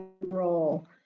role